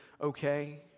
okay